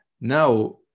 Now